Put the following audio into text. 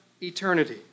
eternity